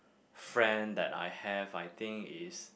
friend that I have I think is